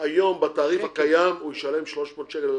בתעריף החדש הוא ישלם 300 שקל.